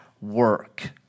work